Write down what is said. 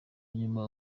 nyuma